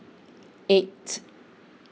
eight